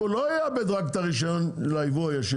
הוא לא יאבד רק את הרישיון ליבוא הראשי,